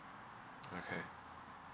okay